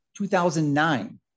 2009